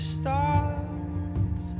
stars